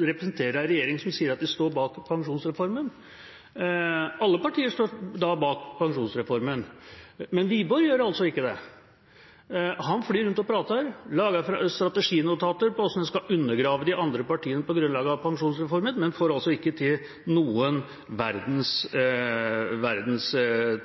representerer en regjering som sier at de står bak pensjonsreformen. Alle partier står bak pensjonsreformen. Men Wiborg gjør altså ikke det. Han flyr rundt og prater – lager strateginotater for hvordan man skal undergrave de andre partiene på grunnlag av pensjonsreformen, men får altså ikke til noen verdens